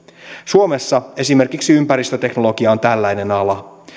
suomessa esimerkiksi ympäristöteknologia on tällainen ala